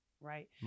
right